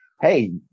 hey